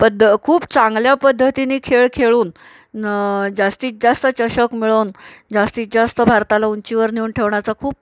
पद्द खूप चांगल्या पद्धतीनी खेळ खेळून जास्तीत जास्त चशक मिळून जास्तीत जाास्त भारताला उंचीवर नेऊन ठेवण्याचा खूप